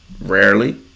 Rarely